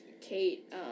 Kate